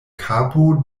kapo